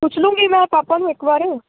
ਪੁੱਛ ਲਊਂਗੀ ਮੈਂ ਪਾਪਾ ਨੂੰ ਇੱਕ ਵਾਰ